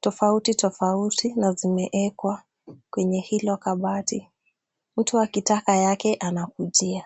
tofauti tofauti na zimewekwa kwenye hilo kabati, mtu akitaka yake anakujia.